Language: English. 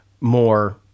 more